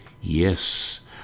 Yes